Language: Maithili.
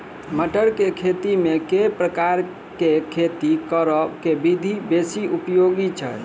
मटर केँ खेती मे केँ प्रकार केँ खेती करऽ केँ विधि बेसी उपयोगी छै?